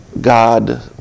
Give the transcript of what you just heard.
God